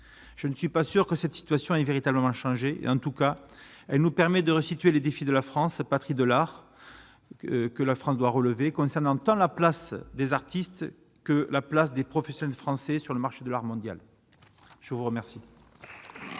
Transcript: je ne suis pas sûr que cette situation est véritablement changé, en tout cas, elle nous permet de resituer les défis de la France, patrie de l'art, que la France doit relever concernant tant la place des artistes que la place des professionnels français sur le marché de l'art mondial, je vous remercie.